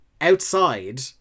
outside